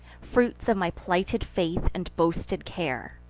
fruits of my plighted faith and boasted care!